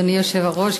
אדוני היושב-ראש,